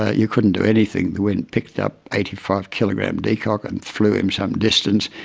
ah you couldn't do anything, the wind picked up eighty five kilogram deacock and threw him some distance,